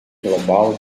global